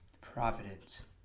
Providence